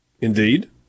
Indeed